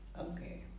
Okay